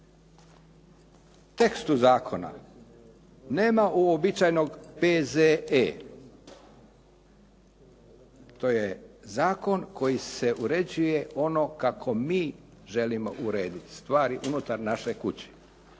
tekstu zakona nema uobičajenog P.Z.E. To je zakon koji se uređuje ono kako mi želimo urediti stvari unutar naše kuće.